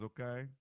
okay